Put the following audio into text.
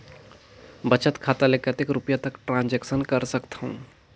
बचत खाता ले कतेक रुपिया तक ट्रांजेक्शन कर सकथव?